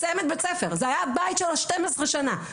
זה היה הבית שלו 12 שנה,